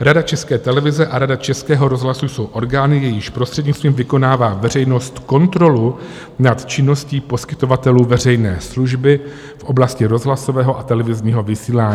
Rada České televize a Rada Českého rozhlasu jsou orgány, jejichž prostřednictvím vykonává veřejnost kontrolu nad činností poskytovatelů veřejné služby v oblasti rozhlasového a televizního vysílání.